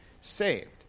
saved